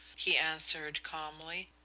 he answered calmly,